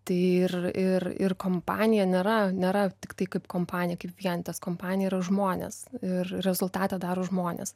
tai ir ir ir kompanija nėra nėra tiktai kaip kompanija kaip vienetas kompanija yra žmonės ir rezultatą daro žmonės